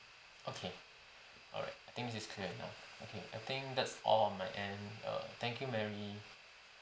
okay alright I think it's clear now okay I think that's all on my end err thank you mary